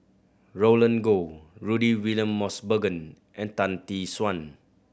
Roland Goh Rudy William Mosbergen and Tan Tee Suan